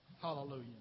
Hallelujah